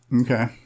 Okay